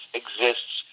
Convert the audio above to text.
exists